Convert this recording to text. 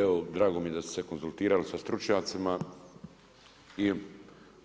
Evo, drago mi je da ste se konzultirali sa stručnjacima i